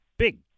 Big